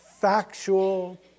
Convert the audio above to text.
factual